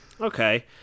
Okay